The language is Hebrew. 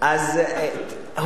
תודה רבה, חבר הכנסת יואל חסון.